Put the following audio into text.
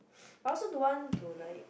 I also don't want to like